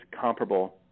comparable